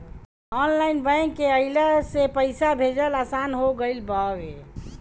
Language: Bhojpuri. ऑनलाइन बैंक के अइला से पईसा भेजल आसान हो गईल हवे